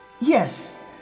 Yes